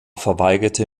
verweigerte